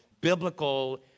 biblical